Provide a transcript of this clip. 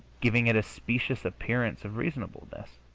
giving it a specious appearance of reasonableness?